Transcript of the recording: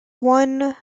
one